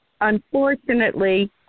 unfortunately